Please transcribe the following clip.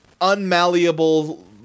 unmalleable